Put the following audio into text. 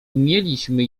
umieliśmy